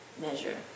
measure